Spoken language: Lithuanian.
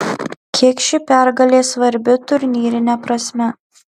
kiek ši pergalė svarbi turnyrine prasme